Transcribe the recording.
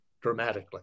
dramatically